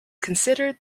considered